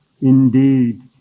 indeed